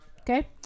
Okay